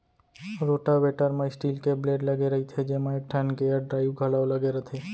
rotavator म steel के blade लगे रइथे जेमा एकठन गेयर ड्राइव घलौ लगे रथे